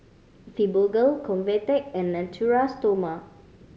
Fibogel Convatec and Natura Stoma